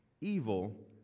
evil